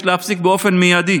יש להפסיק באופן מיידי